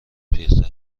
پیرتر